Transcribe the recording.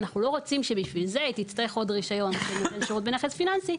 אנחנו לא רוצים שבשביל זה היא תצטרך עוד רישיון מתן שירות בנכס פיננסי,